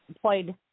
played